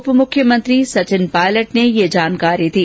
उप मुख्यमंत्री सचिन पायलट ने ये जानकारी दी